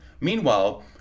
Meanwhile